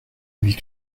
avis